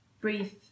breathe